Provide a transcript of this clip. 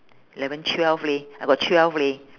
eleven twelve leh I got twelve leh